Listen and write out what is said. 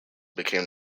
became